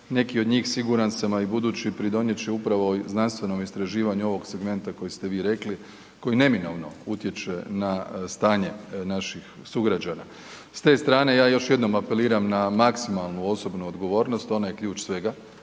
Neki od njih, siguran sam, a i budući, pridonijet će upravo znanstvenom istraživanju ovog segmenta koji ste vi rekli, koji neminovno utječe na stanje naših sugrađana. S te strane, ja još jednom apeliram na maksimalnu osobnu odgovornost, ona je ključ svega,